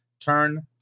Turn